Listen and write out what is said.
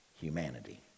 humanity